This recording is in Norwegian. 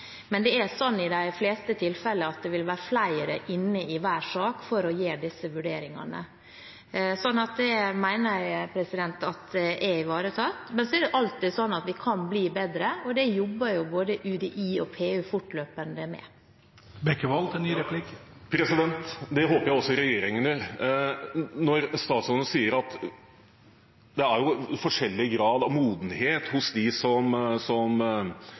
men i de fleste tilfeller vil det være flere inne i hver sak for å gjøre disse vurderingene. Så det mener jeg er ivaretatt. Men vi kan alltid bli bedre, og det jobber både UDI og PU fortløpende med. Det håper jeg også regjeringen gjør. Når statsråden sier at det er forskjellig grad av modenhet hos dem som utfører disse undersøkelsene, blir jeg ganske rystet, for hvis det er modenheten hos den ene saksbehandleren som avgjør om et barn blir riktig alderstestet eller ikke, med de